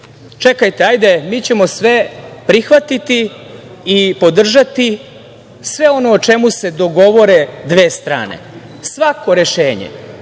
čekajte, hajde, mi ćemo sve prihvatiti i podržati sve ono o čemu se dogovore dve strane, svako rešenje.